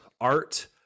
art